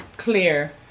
clear